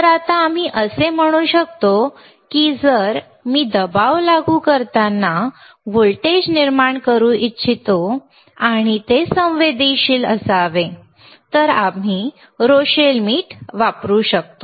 तर आता आम्ही असे म्हणू शकतो की जर मी दबाव लागू करताना व्होल्टेज निर्माण करू इच्छितो आणि ते संवेदनशील असावे तर आम्ही रोशेल मीठ वापरू शकतो